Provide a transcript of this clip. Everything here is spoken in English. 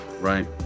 right